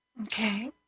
Okay